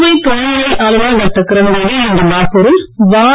புதுவை துணை நிலை ஆளுநர் டாக்டர் கிரண்பேடி இன்று பாகூரில் வார